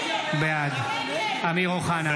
בעד אמיר אוחנה,